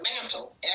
mantle